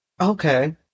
Okay